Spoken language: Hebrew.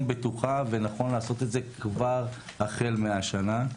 בטוחה ונכון לעשות את זה כבר החל מן השנה.